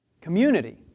community